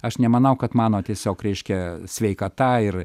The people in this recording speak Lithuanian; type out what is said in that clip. aš nemanau kad mano tiesiog reiškia sveikata ir